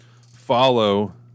follow